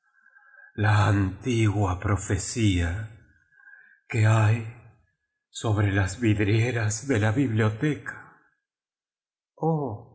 la antigua profecía que hay sobre las vidrieras de in biblioteca oh